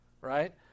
Right